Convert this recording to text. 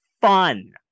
fun